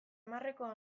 hamarreko